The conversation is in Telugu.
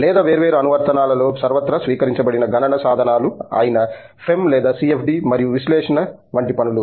లేదా వేర్వేరు అనువర్తనాల లలో సర్వత్రా స్వీకరించబడిన గణన సాధనాలు అయిన FEM లేదా CFD మరియు విశ్లేషణ వంటి పనులు